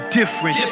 different